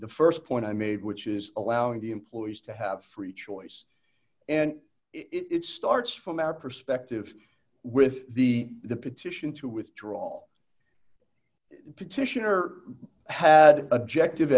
the st point i made which is allowing the employees to have free choice and it starts from our perspective with the the petition to withdraw petition or have objective